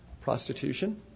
Prostitution